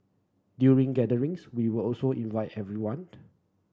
during gatherings we will also invite everyone